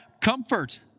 comfort